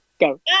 go